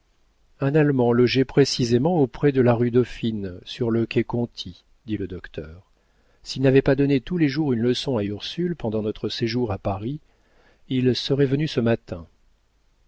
un allemand logé précisément auprès de la rue dauphine sur le quai conti dit le docteur s'il n'avait pas donné tous les jours une leçon à ursule pendant notre séjour à paris il serait venu ce matin